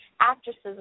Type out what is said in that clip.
actresses